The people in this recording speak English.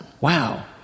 Wow